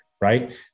Right